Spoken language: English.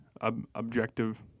objective